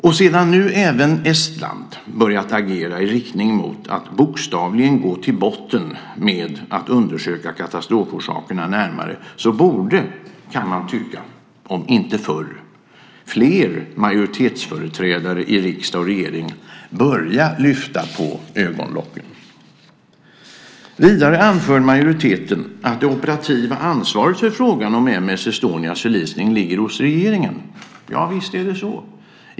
Och sedan nu även Estland börjat agera i riktning mot att bokstavligen gå till botten med att undersöka katastroforsakerna närmare borde, kan man tycka, fler majoritetsföreträdare för riksdag och regering börja lyfta på ögonlocken. Vidare anför majoriteten att det operativa ansvaret för frågan om M/S Estonias förlisning ligger hos regeringen. Ja, visst är det så.